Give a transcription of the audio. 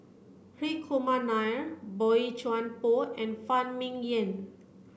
Hri Kumar Nair Boey Chuan Poh and Phan Ming Yen